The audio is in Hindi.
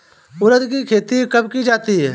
उड़द की खेती कब की जाती है?